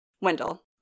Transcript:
Wendell